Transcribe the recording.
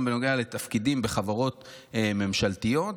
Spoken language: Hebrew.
גם בנוגע לתפקידים בחברות ממשלתיות,